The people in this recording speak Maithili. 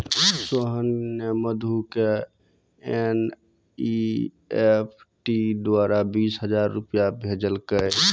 सोहन ने मधु क एन.ई.एफ.टी द्वारा बीस हजार रूपया भेजलकय